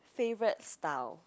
favorite style